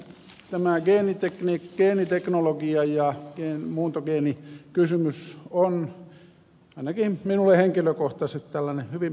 tämä geeniteknologia ja muuntogeenikysymys on ainakin minulle henkilökohtaisesti tällainen hyvin periaatteellinen kysymys